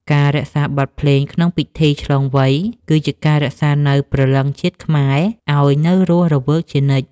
ការរក្សាបទភ្លេងក្នុងពិធីឆ្លងវ័យ គឺជាការរក្សានូវព្រលឹងជាតិខ្មែរឱ្យនៅរស់រវើកជានិច្ច។